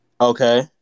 Okay